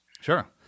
Sure